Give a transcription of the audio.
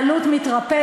הוא התנהלות מתרפסת,